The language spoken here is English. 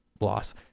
loss